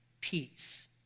peace